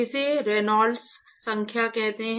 इसे रेनॉल्ड्स संख्या कहते हैं